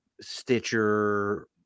Stitcher